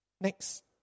Next